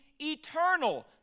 eternal